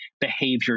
behavior